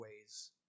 ways